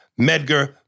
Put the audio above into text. Medgar